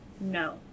No